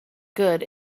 good